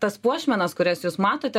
tas puošmenas kurias jūs matote